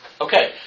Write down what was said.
Okay